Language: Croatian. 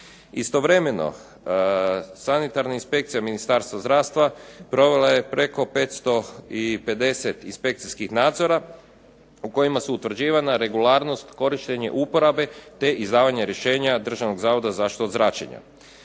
Istovremeno Sanitarna inspekcija Ministarstva zdravstva provela je preko 550 inspekcijskih nadzora u kojima su utvrđivana regularnost korištenje uporabe te izdavanje rješenja Državnog zavoda za zaštitu od zračenja.